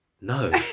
No